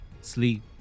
sleep